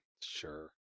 Sure